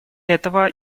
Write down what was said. этого